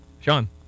Sean